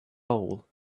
hole